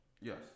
Yes